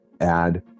add